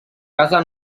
casa